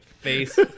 face